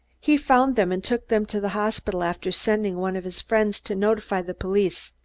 he found them and took them to the hospital after sending one of his friends to notify the police.